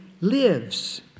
lives